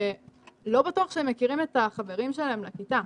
שלא בטוח שהם מכירים את החברים שלהם לכיתה,